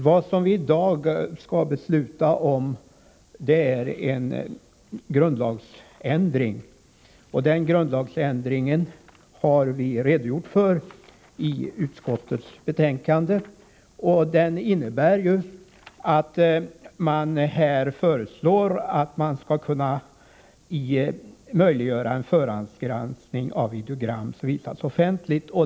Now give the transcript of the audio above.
Vad vi i dag skall besluta om är en grundlagsändring, och den innebär, som vi har redovisat i utskottets betänkande, att man skall kunna möjliggöra en förhandsgranskning av videogram som visas offentligt.